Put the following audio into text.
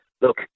Look